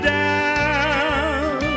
down